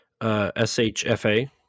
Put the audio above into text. SHFA